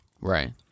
Right